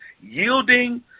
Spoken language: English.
yielding